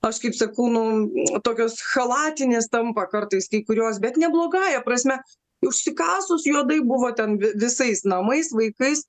aš kaip sakau nu tokios chalatinės tampa kartais kai kurios bet ne blogąja prasme užsikasus juodai buvo ten vi visais namais vaikais